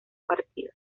partido